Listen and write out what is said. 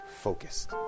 focused